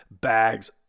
bags